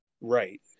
Right